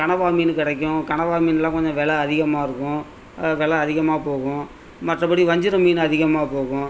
கனவா மீன் கிடைக்கும் கனவா மீன்லாம் கொஞ்சம் வில அதிகமாக இருக்கும் வில அதிகமாக போகும் மற்றபடி வஞ்சிரம் மீனு அதிகமாக போகும்